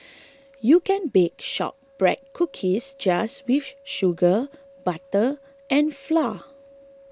you can bake Shortbread Cookies just with sugar butter and flour